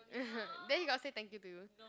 then he got say thank you to you